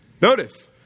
Notice